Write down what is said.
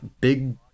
big